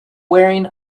wearing